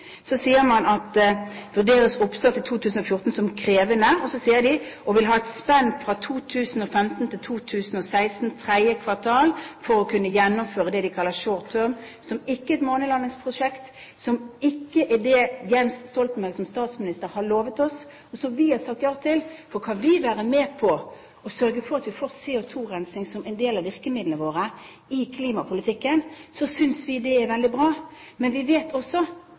sier man: «vurderes oppstart i 2014 som krevende». Og man sier: et spenn fra 2015–2016 tredje kvartal – for å kunne gjennomføre det man kaller short term. Det er ikke et månelandingsprosjekt, det er ikke det Jens Stoltenberg – som statsminister – har lovet oss, og som vi har sagt ja til. Kan vi være med på å sørge for at vi får CO2-rensing som en del av virkemidlene våre i klimapolitikken, synes vi det er veldig bra. Men vi vet også